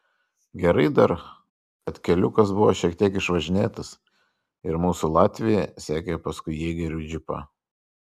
gerai dar kad keliukas buvo šiek tiek išvažinėtas ir mūsų latvija sekė paskui jėgerių džipą